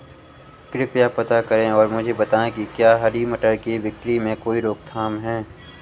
कृपया पता करें और मुझे बताएं कि क्या हरी मटर की बिक्री में कोई रोकथाम है?